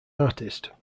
artist